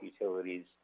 utilities